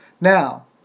now